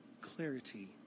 clarity